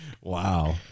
Wow